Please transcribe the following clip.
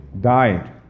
died